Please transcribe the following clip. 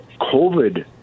COVID